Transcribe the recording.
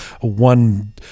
one